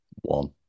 One